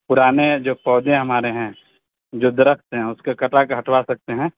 پرانے جو پودے ہمارے ہیں جو درخت ہیں اس کے کٹا کے ہٹوا سکتے ہیں